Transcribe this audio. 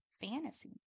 fantasy